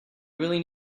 really